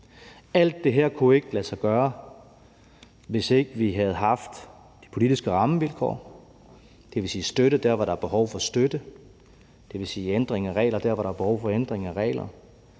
Alt det her kunne ikke lade sig gøre, hvis ikke vi havde haft de politiske rammevilkår; det vil sige støtte der, hvor der er behov for støtte; det vil sige en ændring af regler der, hvor der er behov for en ændring af regler,